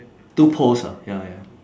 two poles ah ya ya ya